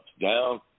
down